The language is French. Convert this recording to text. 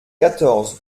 quatorze